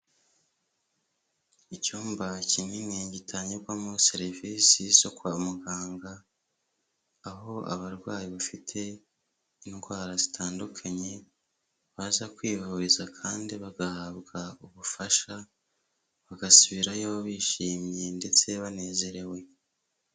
Icyumba kinini gitangirwagwamo serivisi zo kwa muganga, aho abarwayi bafite indwara zitandukanye baza kwivuriza kandi bagahabwa ubufasha bagasubirayo bishimye ndetse banezerewe.